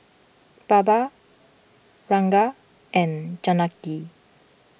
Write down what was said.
Baba Ranga and Janaki